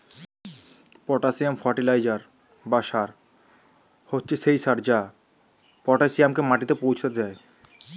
potassium fertiliser বা সার হচ্ছে সেই সার যা পটাসিয়ামকে মাটিতে পৌঁছাতে দেয়